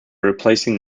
replacing